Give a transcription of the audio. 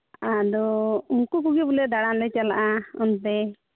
ᱟᱫᱚ ᱩᱱᱠᱩ ᱠᱚᱜᱮ ᱵᱚᱞᱮ ᱫᱟᱬᱟᱱ ᱞᱮ ᱪᱟᱞᱟᱜᱼᱟ ᱚᱱᱛᱮ